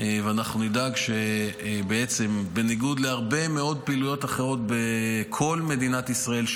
אנחנו נדאג שבניגוד להרבה מאוד פעילויות אחרות בכל מדינת ישראל,